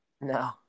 No